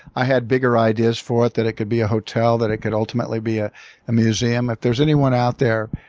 i had bigger ideas for it that it could be a hotel, that it could ultimately be ah a museum. if there's anyone out there,